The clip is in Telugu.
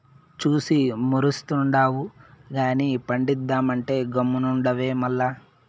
చూసి మురుస్తుండావు గానీ పండిద్దామంటే గమ్మునుండావే మల్ల